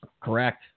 Correct